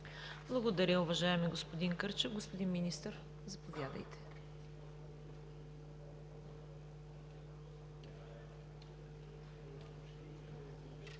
Благодаря, уважаеми господин Кърчев. Господин Министър, заповядайте.